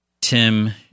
Tim